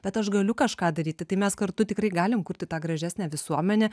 bet aš galiu kažką daryti tai mes kartu tikrai galim kurti tą gražesnę visuomenę